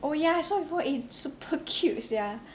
oh ya I saw before it's super cute sia